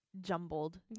jumbled